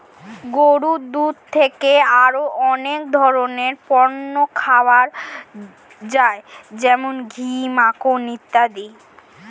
গরুর দুধ থেকে আরো অনেক ধরনের পণ্য পাওয়া যায় যেমন ঘি, মাখন ইত্যাদি